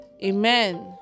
Amen